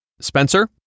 Spencer